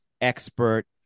expert